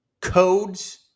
codes